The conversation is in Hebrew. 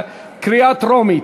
קריאה טרומית.